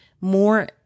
more